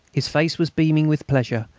his face was beaming with pleasure,